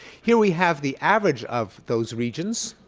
here we have the average of those regions.